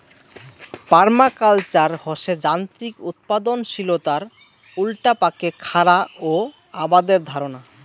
permaculture হসে যান্ত্রিক উৎপাদনশীলতার উল্টাপাকে খারা ও আবাদের ধারণা